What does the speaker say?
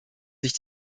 sich